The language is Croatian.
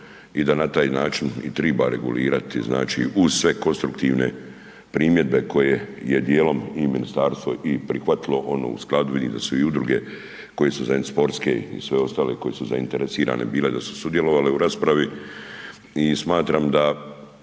i da na taj način i treba regulirati uz sve konstruktivne primjedbe koje je djelom i ministarstvo i prihvatilo, oni uskladili i da su i druge koje su sportske i sve ostale koje su zainteresirane bile da su sudjelovale u raspravi, i smatram da